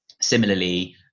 Similarly